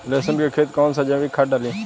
लहसुन के खेत कौन सा जैविक खाद डाली?